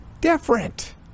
different